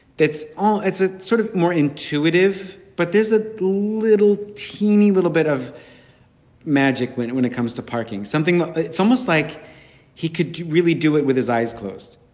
that's all. it's a sort of more intuitive. but there's a little teeny little bit of magic when it when it comes to parking something. it's almost like he could really do it with his eyes closed.